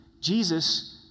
Jesus